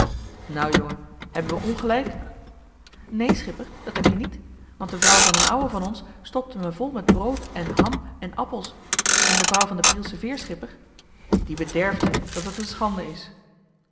nou jongen hebben we ongelijk neen schipper dat heb-je niet want de vrouw van d'n ouwe van ons stopte me vol met brood en ham en appels en de vrouw van den brielschen veerschipper die bederft je dat het een schande is